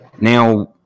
Now